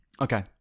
Okay